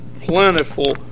plentiful